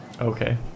Okay